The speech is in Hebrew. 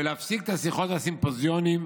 ולהפסיק את השיחות והסימפוזיונים,